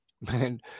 man